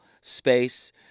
space